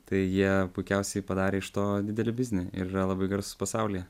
tai jie puikiausiai padarė iš to didelį biznį ir yra labai garsūs pasaulyje